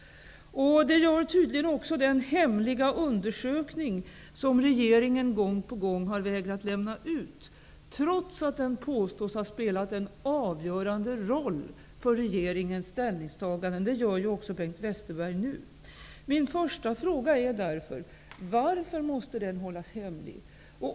Det gör tydligen också den hemliga undersökning som regeringen gång på gång har vägrat lämna ut, trots att den påstås ha spelat en avgörande roll för regeringens ställningstaganden. Det säger också Bengt Westerberg nu. Min första fråga är därför: Varför måste den hållas hemlig?